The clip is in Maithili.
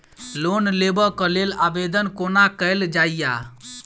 लोन लेबऽ कऽ लेल आवेदन कोना कैल जाइया?